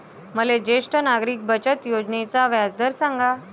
मले ज्येष्ठ नागरिक बचत योजनेचा व्याजदर सांगा